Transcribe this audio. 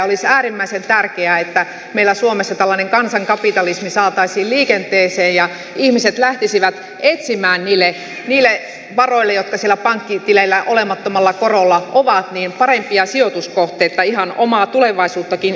olisi äärimmäisen tärkeää että meillä suomessa tällainen kansankapitalismi saataisiin liikenteeseen ja ihmiset lähtisivät etsimään niille varoille jotka siellä pankkitileillä olemattomalla korolla ovat parempia sijoituskohteita ihan omaa tulevaisuuttakin silmällä pitäen